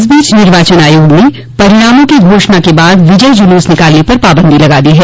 इस बीच निर्वाचन आयोग ने परिणामों की घोषणा के बाद विजय जुलूस निकालने पर पाबंदी लगा दी है